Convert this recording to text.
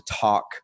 talk